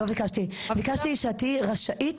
ביקשתי שאת תהיי רשאית.